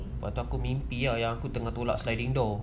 lepas aku mimpi yang aku tengah tolak sliding door